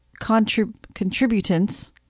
contributants